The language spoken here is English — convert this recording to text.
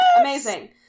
Amazing